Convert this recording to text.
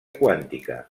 quàntica